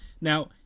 Now